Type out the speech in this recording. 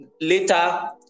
later